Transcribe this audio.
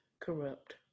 corrupt